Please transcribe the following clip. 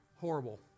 Horrible